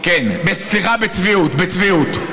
סליחה, בצביעות.